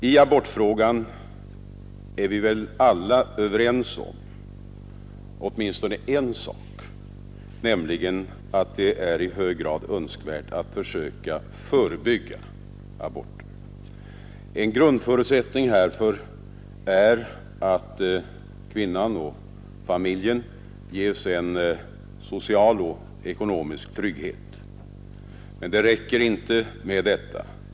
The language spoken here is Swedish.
I abortfrågan är vi väl alla överens om åtminstone en sak, nämligen att det är i hög grad önskvärt att försöka förebygga aborter. En grundförutsättning härför är att kvinnan och familjen ges en social och ekonomisk trygghet. Men det räcker inte med detta.